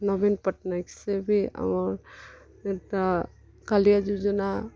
ନବୀନ ପଟ୍ଟନାୟକ ସେ ବି ଆମର୍ ଇ'ଟା କାଳିଆ ଯୋଜନା